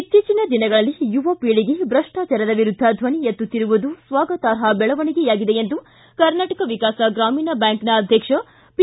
ಇತ್ತೀಚಿನ ದಿನಗಳಲ್ಲಿ ಯುವಪೀಳಿಗೆ ಭ್ರಷ್ಟಾಚಾರದ ವಿರುದ್ದ ಧ್ವನಿ ಎತ್ತುತ್ತಿರುವುದು ಸ್ವಾಗತಾರ್ಹ ಬೆಳವಣಿಗೆಯಾಗಿದೆ ಎಂದು ಕರ್ನಾಟಕ ವಿಕಾಸ ಗ್ರಾಮೀಣ ಬ್ಯಾಂಕ್ನ ಅಧ್ಯಕ್ಷ ಪಿ